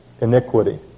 iniquity